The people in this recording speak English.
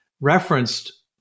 referenced